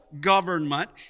government